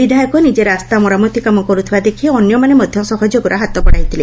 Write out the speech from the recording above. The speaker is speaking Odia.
ବିଧାୟକ ନିଜେ ରାସ୍ତା ମରାମତି କାମ କରୁଥିବା ଦେଖି ଅନ୍ୟମାନେ ମଧ୍ଧ ସହଯୋଗର ହାତ ବଢ଼ାଇଥିଲେ